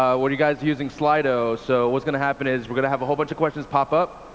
what are you guys using slido. so what's gonna happen is we're gonna have a whole bunch of questions pop up,